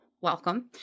Welcome